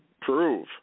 prove